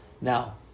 now